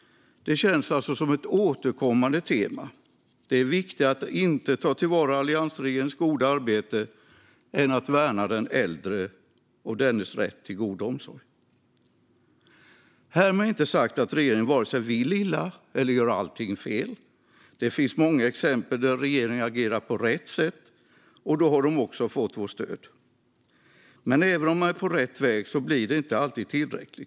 Det känns alltså som ett återkommande tema: Det är viktigare att inte ta till vara alliansregeringens goda arbete än att värna den äldre och dennes rätt till god omsorg. Härmed inte sagt att regeringen vill illa eller gör allting fel. Det finns många exempel där regeringen agerat på rätt sätt, och då har de också fått vårt stöd. Men även om man är på rätt väg blir det inte alltid tillräckligt.